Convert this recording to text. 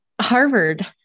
Harvard